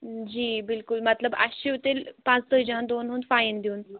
جی بِلکُل مطلب اَسہِ چھِو تیٚلہِ پانٛژھ تٲجِیَن دۄہَن ہُنٛد فایِن دیُن